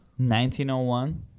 1901